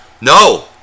no